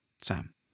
Sam